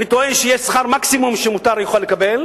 אני טוען שיש שכר מקסימום שיוכל לקבל,